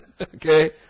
Okay